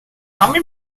kami